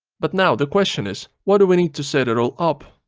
but now the question is what do we need to set it all up?